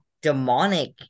demonic